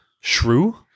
Shrew